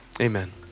Amen